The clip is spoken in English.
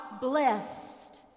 blessed